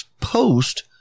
post